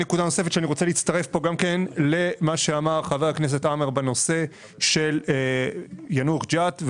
אני מצטרף למה שאמר חבר הכנסת חמד עמאר בנושא יאנוח ג'ת,